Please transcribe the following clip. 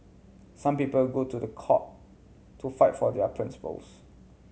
some people go to the court to fight for their principles